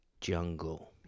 jungle